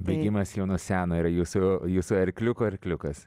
bėgimas jau nuo seno yra jūsų jūsų arkliukų arkliukas